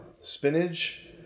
Spinach